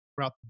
throughout